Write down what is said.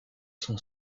son